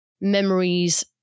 memories